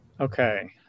Okay